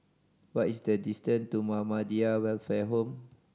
what is the distant to Muhammadiyah Welfare Home